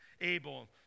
Abel